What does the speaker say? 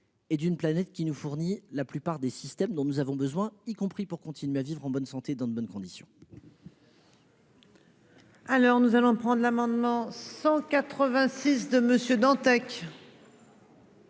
Et d'une planète qui nous fournit la plupart des systèmes dont nous avons besoin, y compris pour continuer à vivre en bonne santé, dans de bonnes conditions. Alors nous allons prendre l'amendement 186 de Monsieur Dantec.